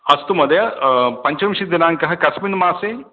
अस्तु महोदय पञ्चविंशतिदिनाङ्कः कस्मिन् मासे